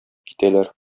китәләр